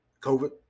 COVID